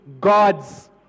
God's